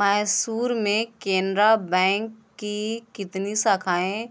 मैसूर में केनरा बैंक की कितनी शाखाएँ